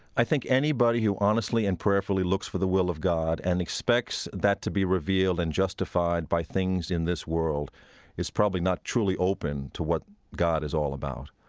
i think anybody who honestly and prayerfully looks for the will of god and expects that to be revealed and justified by things in this world is probably not truly open to what god is all about.